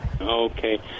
Okay